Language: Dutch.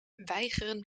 weigeren